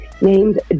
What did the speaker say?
named